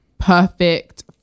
perfect